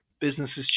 Businesses